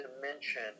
dimension